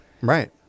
Right